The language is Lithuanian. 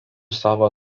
savo